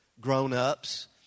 grown-ups